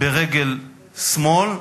ברגל שמאל,